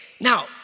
Now